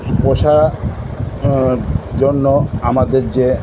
পোষার জন্য আমাদের যে